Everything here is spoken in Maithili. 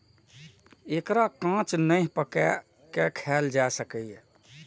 एकरा कांच नहि, पकाइये के खायल जा सकैए